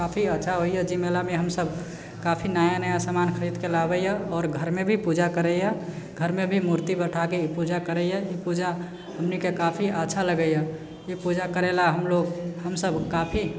काफी अच्छा होइए जाहि मेलामे हमसब काफी नया नया समान खरीदके लाबैए आओर घरमे भी पूजा करैए घरमे भी मूर्ति बिठाके ई पूजा करैए ई पूजा हमनीके काफी अच्छा लगैए ई पूजा करैलए हमलोक हमसब काफी